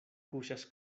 kuŝas